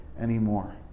anymore